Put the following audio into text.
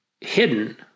hidden